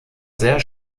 sehr